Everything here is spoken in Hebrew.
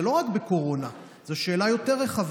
זה לא רק בקורונה, זאת שאלה יותר רחבה.